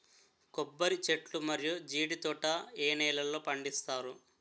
కొబ్బరి చెట్లు మరియు జీడీ తోట ఏ నేలల్లో పండిస్తారు?